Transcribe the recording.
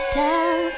down